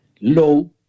low